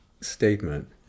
statement